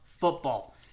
football